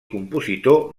compositor